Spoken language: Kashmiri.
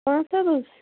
پانژھ ہتھ حَظ